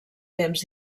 temps